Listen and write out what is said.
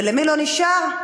ולמי לא נשאר?